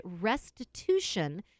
restitution